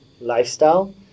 lifestyle